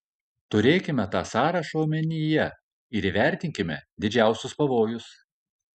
turėkime tą sąrašą omenyje ir įvertinkime didžiausius pavojus